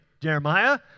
Jeremiah